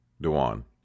Dewan